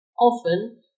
often